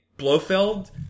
Blofeld